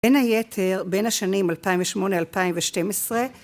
בין היתר, בין השנים 2008-2012.